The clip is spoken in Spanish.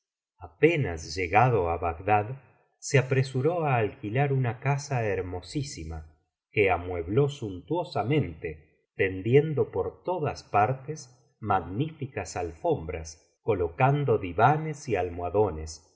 apenas llegado á bagdad se apresuró á alquilar una casa hermosísima que amuebló suntuosamente tendiendo por todas partes magnificas alfombras colocando divanes y almohadones